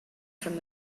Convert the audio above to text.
from